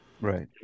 Right